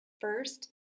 first